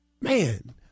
Man